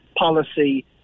Policy